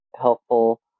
helpful